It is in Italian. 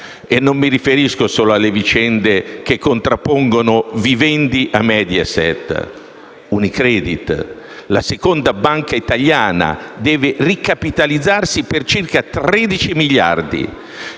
(e non mi riferisco solo alle vicende che contrappongono Vivendi a Mediaset). Unicredit, la seconda banca italiana, deve ricapitalizzarsi per circa 13 miliardi,